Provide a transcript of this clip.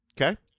Okay